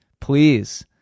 Please